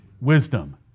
Wisdom